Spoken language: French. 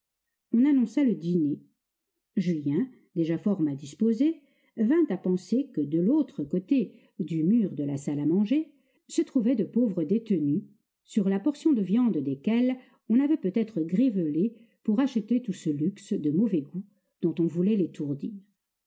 on annonça le dîner julien déjà fort mal disposé vint à penser que de l'autre côté du mur de la salle à manger se trouvaient de pauvres détenus sur la portion de viande desquels on avait peut-être grivelé pour acheter tout ce luxe de mauvais goût dont on voulait l'étourdir